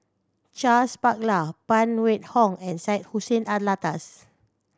Charles Paglar Phan Wait Hong and Syed Hussein Alatas